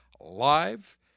live